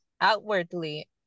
outwardly